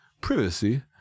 privacy